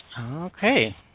Okay